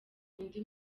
undi